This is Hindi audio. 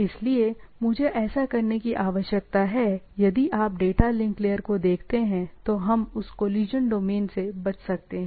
इसलिए मुझे ऐसा करने की आवश्यकता है यदि आप डेटा लिंक लेयर को देखते हैं तो हम उस कोलिशन डोमेन से बच सकते थे